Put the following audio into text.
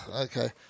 Okay